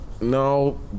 no